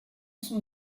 son